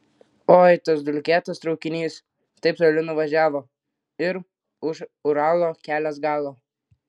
oi tas dulkėtas traukinys taip toli nuvažiavo ir už uralo kelias galo